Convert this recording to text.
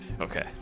Okay